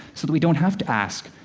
so that we don't have to ask,